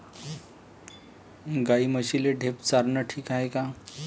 गाई म्हशीले ढेप चारनं ठीक हाये का?